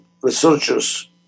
researchers